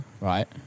right